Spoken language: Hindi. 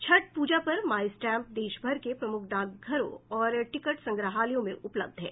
छठ प्रजा पर माई स्टेम्प देश भर के प्रमुख डाकघरों और टिकट संग्रहालयों में उपलब्ध है